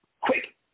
Quick